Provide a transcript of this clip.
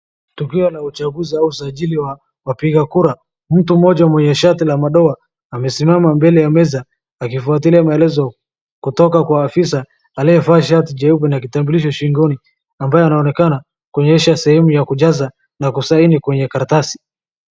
Tukio la uchaguzi au usajili ya wapiga kura, mtu mmoja mwenye shati la madowa amesimama mbele ya meza akifuatilia maelezo kutoka kwa ofisa aliyevaa shati jeupe na kitambulisho shingoni ambaye anaonekana kuonyesha sehemu ya kujaza na ku saini kwenye karatasi.